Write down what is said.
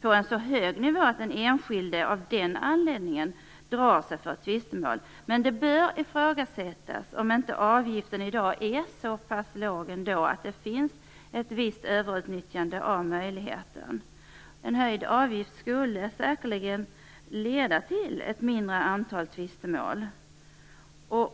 på en så hög nivå att den enskilde av den anledningen drar sig för ett tvistemål. Men det bör ifrågasättas om inte avgiften i dag är så pass låg att det finns ett visst överutnyttjande av möjligheten. En höjd avgift skulle säkerligen leda till ett mindre antal tvistemål.